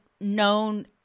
known